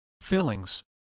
Fillings